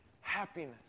happiness